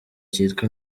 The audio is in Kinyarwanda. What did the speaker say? cyitwa